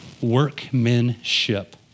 workmanship